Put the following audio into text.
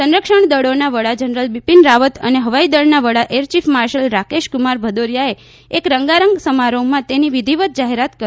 સંરક્ષણદળીના વડા જનરલ બિપિન રાવત અને હવાઇદળના વડા એરચીફ માર્શલ રાકેશકુમાર ભદૌરિયાએ એક રંગારંગ સમારોહમાં તેની વિધિવત જાહેરાત કરી